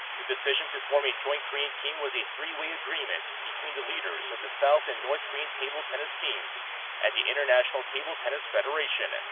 the decision to form a joint-korean team was a three-way agreement between the leaders of the south and north korean table tennis teams and the international table tennis federation. and